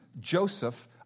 Joseph